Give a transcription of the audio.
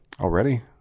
already